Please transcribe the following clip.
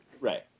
Right